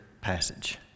passage